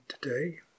today